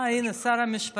אה, הינה, שר המשפטים.